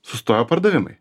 sustojo pardavimai